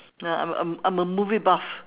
ah I'm a I'm a movie buff